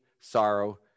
sorrow